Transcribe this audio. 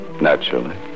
Naturally